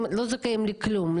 הם לא זכאים לכלום,